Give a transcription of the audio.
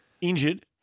Injured